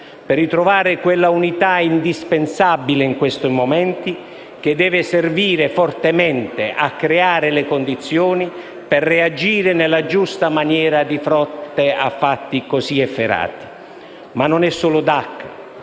a ritrovare quell'unità indispensabile in questi momenti, che deve servire fortemente a creare le condizioni per reagire nella giusta maniera di fronte a fatti così efferati. Ma non è solo